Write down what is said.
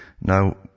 Now